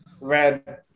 Red